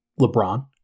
LeBron